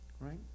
Right